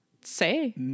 say